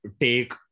take